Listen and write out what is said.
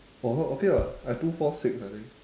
!wah! not okay what I two four six I think